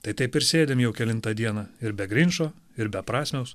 tai taip ir sėdim jau kelintą dieną ir be grinčo ir be prasmiaus